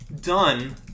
done